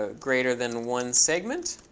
ah greater than one segment.